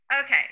okay